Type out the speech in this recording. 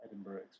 Edinburgh